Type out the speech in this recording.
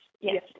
yes